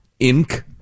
Inc